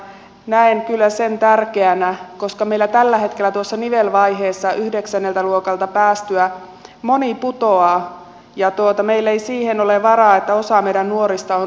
näen kyllä sen tärkeänä koska meillä tällä hetkellä tuossa nivelvaiheessa yhdeksänneltä luokalta päästyään moni putoaa ja meillä ei siihen ole varaa että osa meidän nuorista on ulkokehällä